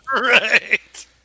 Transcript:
Right